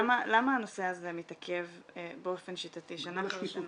למה הנושא הזה מתעכב באופן שיטתי שנה אחר שנה?